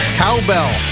cowbell